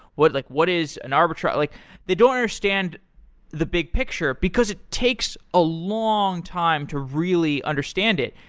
what like what is an arbitrage like they don't understand the big picture, because it takes a long time to really understand it.